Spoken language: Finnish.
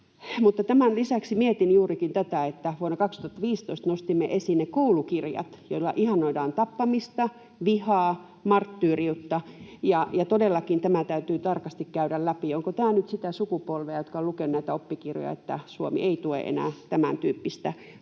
Tämän lisäksi mietin juurikin tätä, että vuonna 2015 nostimme esiin ne koulukirjat, joissa ihannoidaan tappamista, vihaa, marttyyriutta. Todellakin tämä täytyy tarkasti käydä läpi, onko tämä nyt sitä sukupolvea, joka on lukenut näitä oppikirjoja. Suomi ei tue enää tämäntyyppistä. Rauha